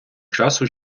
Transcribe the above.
часу